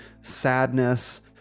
sadness